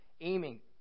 aiming